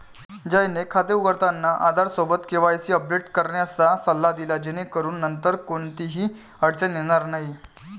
जयने खाते उघडताना आधारसोबत केवायसी अपडेट करण्याचा सल्ला दिला जेणेकरून नंतर कोणतीही अडचण येणार नाही